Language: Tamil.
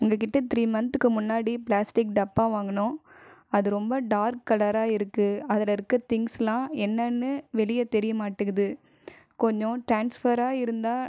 உங்ககிட்ட த்ரீ மன்த்துக்கு முன்னாடி பிளாஸ்டிக் டப்பா வாங்குனோம் அது ரொம்ப டார்க் கலராக இருக்கு அதில் இருக்கிற திங்ஸ்லாம் என்னன்னு வெளியே தெரிய மாட்டிங்கிது கொஞ்சம் ட்ரான்ஸ்ஃபராக இருந்தால்